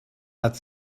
hat